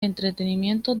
entretenimiento